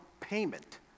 payment